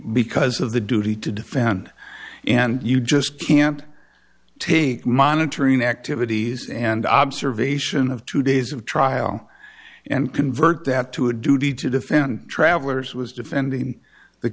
because of the duty to defend and you just can't take monitoring activities and observation of two days of trial and convert that to a duty to defend travelers was defending the